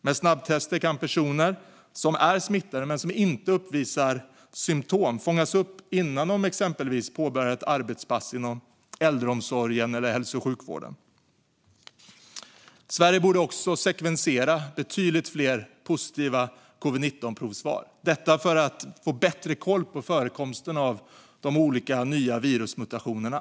Med snabbtester kan personer som är smittade men inte uppvisar symtom fångas upp innan de exempelvis påbörjar ett arbetspass i äldreomsorgen eller i hälso och sjukvården. Sverige borde också sekvensera betydligt fler positiva covid-19-provsvar för att få bättre koll på förekomsten av de olika nya virusmutationerna.